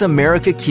America